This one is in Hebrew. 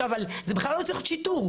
זה בכלל לא צריך להיות שיטור.